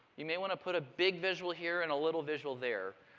you may want to put a big visual here and a little visual there.